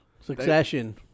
Succession